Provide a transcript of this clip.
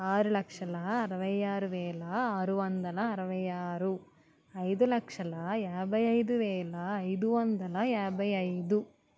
ఆరు లక్షల అరవై ఆరు వేల ఆరు వందల అరవై ఆరు ఐదు లక్షల యాభై ఐదు వేల ఐదు వందల యాభై ఐదు